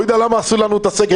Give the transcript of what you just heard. אני לא יודע למה עשו לנו את הסגר.